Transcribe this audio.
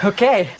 Okay